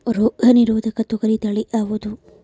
ರೋಗ ನಿರೋಧಕ ತೊಗರಿ ತಳಿ ಯಾವುದು?